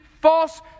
false